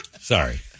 Sorry